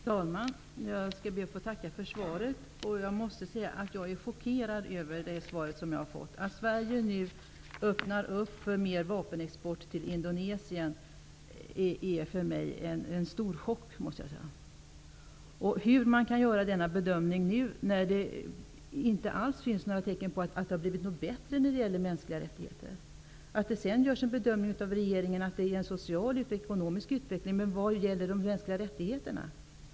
Fru talman! Jag skall be att få tacka för svaret. Jag måste säga att jag är chockerad över det svar jag fått. Det faktum att Sverige nu öppnar för mer vapenexport till Indonesien är för mig en stor chock. Hur kan man göra denna bedömning nu när det inte finns några tecken alls på att det har blivit bättre när det gäller mänskliga rättigheter? Det är en sak att regeringen gör bedömningen att det pågår en social och ekonomisk utveckling, men vad gäller för de mänskliga rättigheterna?